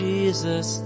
Jesus